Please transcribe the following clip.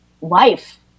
life